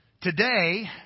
today